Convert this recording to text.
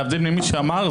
להבדיל ממי שאמר,